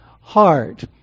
heart